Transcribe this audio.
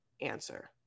answer